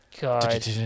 god